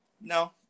No